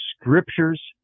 scriptures